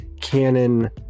canon